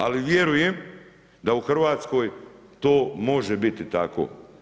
Ali vjerujem da u Hrvatskoj to može biti tako.